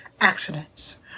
accidents